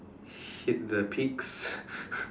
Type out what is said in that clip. hit the peaks